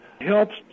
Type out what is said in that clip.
helps